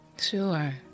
Sure